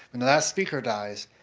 when the last speaker dies,